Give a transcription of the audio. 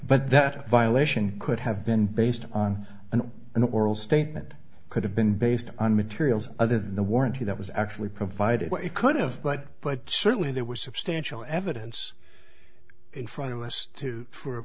but that violation could have been based on an an oral statement could have been based on materials other than the warranty that was actually provided it could have but but certainly there was substantial evidence in front of us too for